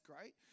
great